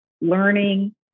learning